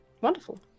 Wonderful